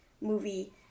movie